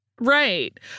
Right